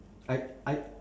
I I